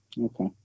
Okay